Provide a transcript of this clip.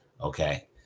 okay